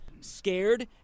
Scared